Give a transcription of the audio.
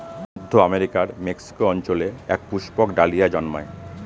মধ্য আমেরিকার মেক্সিকো অঞ্চলে এক পুষ্পক ডালিয়া জন্মায়